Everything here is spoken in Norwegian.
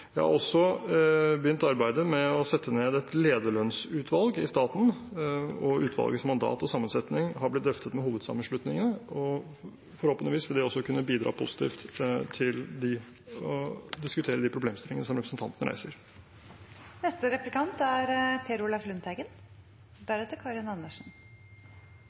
Jeg har også begynt arbeidet med å sette ned et lederlønnsutvalg i staten, og utvalgets mandat og sammensetning har blitt drøftet med hovedsammenslutningene. Forhåpentligvis vil det også kunne bidra positivt til en diskusjon om de problemstillingene representanten reiser. Dette lønnsoppgjøret er